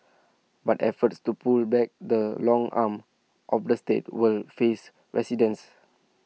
but efforts to pull back the long arm of the state will face resistance